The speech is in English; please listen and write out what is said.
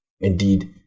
Indeed